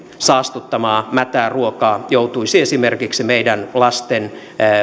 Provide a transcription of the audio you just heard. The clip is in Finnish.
saastuttamaa mätää ruokaa joutuisi esimerkiksi meidän lasten